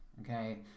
okay